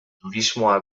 turismoa